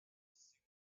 signal